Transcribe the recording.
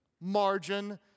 margin